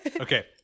Okay